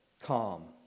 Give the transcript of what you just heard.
calm